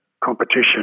competition